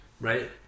right